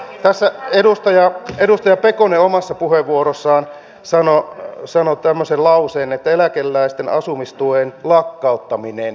tässä edustaja pekonen omassa puheenvuorossaan sanoi tämmöisen lauseen että eläkeläisten asumistuen lakkauttaminen